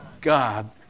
God